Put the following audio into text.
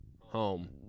Home